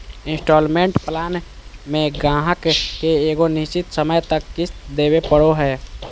instalment plan मे गाहक के एगो निश्चित समय तक किश्त देवे पड़ो हय